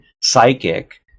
psychic